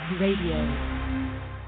Radio